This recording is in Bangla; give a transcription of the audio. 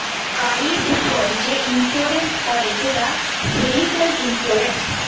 গাড়ির উপর যে ইন্সুরেন্স করে সেটা ভেহিক্যাল ইন্সুরেন্স